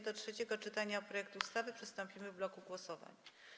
Do trzeciego czytania projektu ustawy przystąpimy w bloku głosowań.